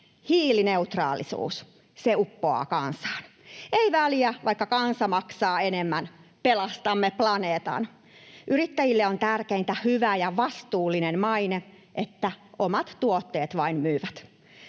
hiilineutraalisuus. Se uppoaa kansaan: ”Ei väliä, vaikka kansa maksaa enemmän, pelastamme planeetan!” Yrittäjille on tärkeintä hyvä ja vastuullinen maine, jotta omat tuotteet vain myyvät.